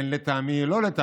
כן לטעמי או לא לטעמי,